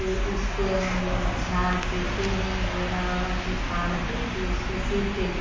तो उसके हम लोग झार सीते हैं बोरा ओरा के फाड़ के फिर उसके सीते हैं